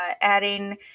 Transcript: adding